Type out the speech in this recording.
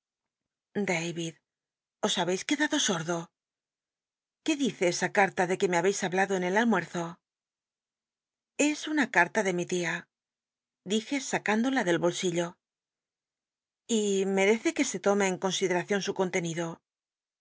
os habeis quedado sotelo qué dice esa cnrl t de que me habcis hablado en el almuerzo l s una c trla de mi tia dije sac indola del holsillo y metcce c uc se lome en considcracion su contenido